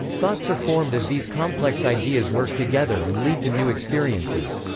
thoughts are formed as these complex ideas work together and lead to new experiences.